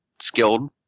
skilled